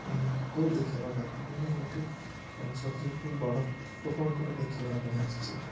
ଉଁ ଦେଖେଇବା କଥା କିନ୍ତୁ ମୁଁ ଏଠି କ୍ୟାନସର ଯେହେତୁ ବଡ଼ ଲୋକଙ୍କର ଦେଖେଇବା ପାଇଁ ଆସିଛି